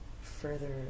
further